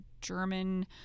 German